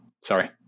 Sorry